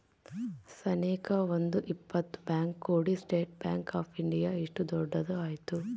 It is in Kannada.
ಸನೇಕ ಒಂದ್ ಇಪ್ಪತ್ ಬ್ಯಾಂಕ್ ಕೂಡಿ ಸ್ಟೇಟ್ ಬ್ಯಾಂಕ್ ಆಫ್ ಇಂಡಿಯಾ ಇಷ್ಟು ದೊಡ್ಡದ ಆಯ್ತು